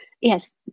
Yes